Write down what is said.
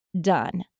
Done